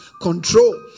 Control